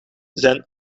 zijn